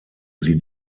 sie